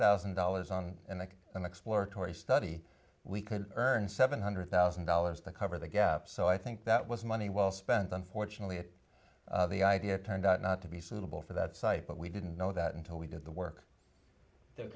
thousand dollars on and an exploratory study we could earn seven hundred thousand dollars to cover the gap so i think that was money well spent unfortunately it the idea turned out not to be suitable for that site but we didn't know that until we did the work th